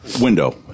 window